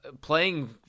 playing